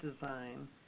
design